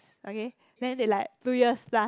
okay then they like two years plus